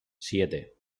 siete